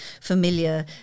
familiar